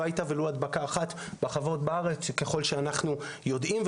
הייתה ולו הדבקה אחת בחוות בארץ ככל שאנחנו יודעים.